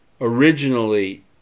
originally